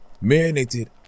Marinated